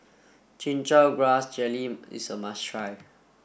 Chin Chow Grass Jelly is a must try